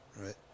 Right